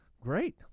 great